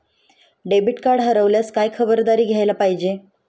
Debit card हरवल्यावर काय खबरदारी घ्यायला पाहिजे?